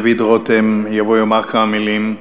דוד רותם יבוא ויאמר כמה מילים,